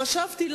חשבתי,